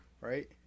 right